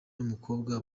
n’umukobwa